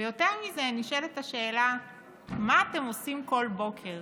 ויותר מזה, נשאלת השאלה מה אתם עושים בכל בוקר